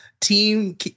team